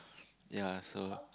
yea so